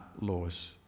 laws